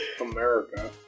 America